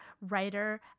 writer